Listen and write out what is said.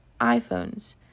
iPhones